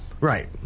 Right